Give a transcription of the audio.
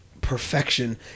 perfection